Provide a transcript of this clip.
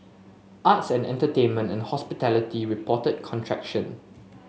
arts and entertainment and hospitality reported contraction